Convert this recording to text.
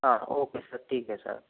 हाँ okay sir ठीक है सर